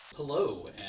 Hello